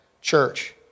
church